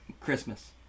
Christmas